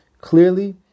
clearly